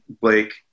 blake